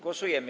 Głosujemy.